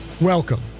Welcome